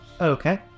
Okay